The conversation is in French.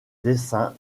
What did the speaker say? dessin